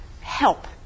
help